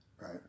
right